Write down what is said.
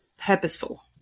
purposeful